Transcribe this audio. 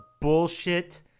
bullshit